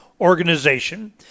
organization